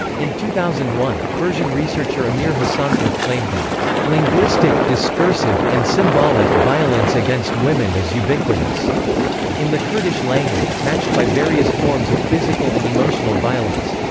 in two thousand and one, persian researcher amir hassanpour claimed that linguistic, discursive, and symbolic violence against women is ubiquitous in the kurdish language, matched by various forms of physical and emotional violence.